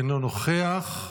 אינו נוכח,